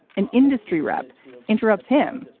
an industry rep interrupts him,